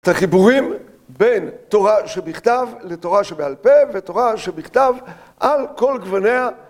את החיבורים בין תורה שבכתב לתורה שבעל פה ותורה שבכתב על כל גווניה